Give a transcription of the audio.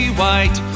white